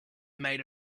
made